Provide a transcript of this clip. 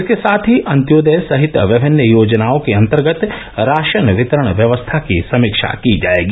इसके साथ ही अन्योदय सहित विभिन्न योजनाओं के अन्तर्गत राशन वितरण व्यवस्था की समीक्षा की जायेगी